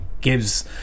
gives